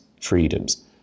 freedoms